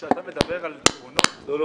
כשאתה מדבר על פתרונות --- לא,